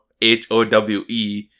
H-O-W-E